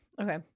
Okay